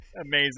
Amazing